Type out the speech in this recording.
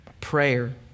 prayer